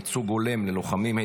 ייצוג הולם ללוחמים),